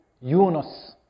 Yunus